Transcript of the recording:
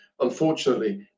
Unfortunately